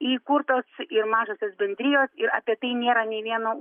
įkurtos ir mažosios bendrijos ir apie tai nėra nei vieno